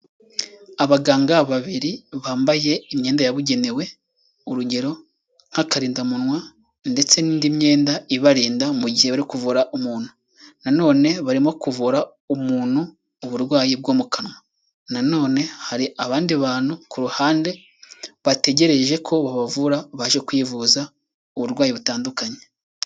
Abaganga babiri bambaye imyenda yabugenewe urugero nk'akarinda munwa ndetse n'indi myenda ibarinda mu gihe bari kuvura umuntu nano barimo kuvura umuntu uburwayi bwo mu kanwa, nanone hari abandi bantu ku ruhande bategereje ko babavura baje kwivuza uburwayi butandukanye.